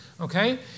okay